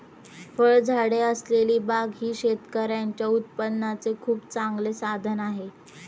फळझाडे असलेली बाग ही शेतकऱ्यांच्या उत्पन्नाचे खूप चांगले साधन आहे